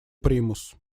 примус